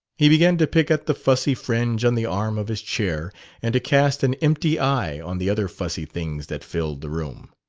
he began to pick at the fussy fringe on the arm of his chair and to cast an empty eye on the other fussy things that filled the room.